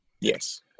Yes